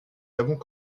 avons